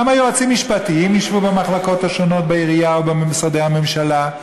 כמה יועצים משפטיים ישבו במחלקות השונות בעירייה ובמשרדי הממשלה.